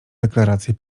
deklarację